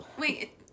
wait